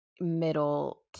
middle